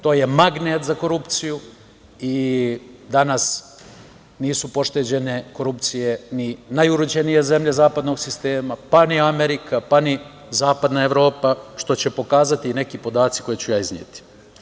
To je magnet za korupciju i danas nisu pošteđene korupcije ni najuređenije zemlje zapadnog sistema, pa ni Amerika, ni zapadna Evropa, što će pokazati neki podaci koje ću izneti.